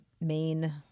main